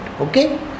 Okay